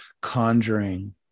conjuring